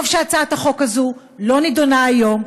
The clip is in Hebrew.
טוב שהצעת החוק הזאת לא נדונה היום,